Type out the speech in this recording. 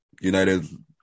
United